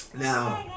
now